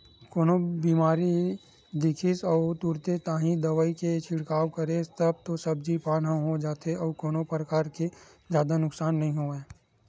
कोनो बेमारी दिखिस अउ तुरते ताही दवई के छिड़काव करेस तब तो सब्जी पान हो जाथे अउ कोनो परकार के जादा नुकसान नइ होवय